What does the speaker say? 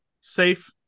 safe